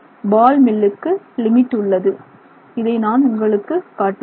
பால் மில்லுக்கு லிமிட் உள்ளது இதை நான் உங்களுக்கு காட்டியுள்ளேன்